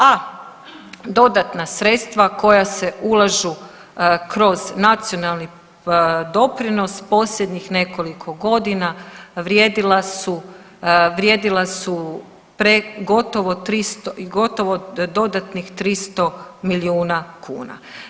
A dodatna sredstva koja se ulažu kroz nacionalni doprinos posljednjih nekoliko godina vrijedila su gotovo dodatnih 300 milijuna kuna.